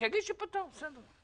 שיגיד שפתר, בסדר.